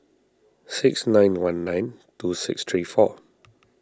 six nine one nine two six three four